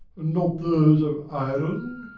not those of iron?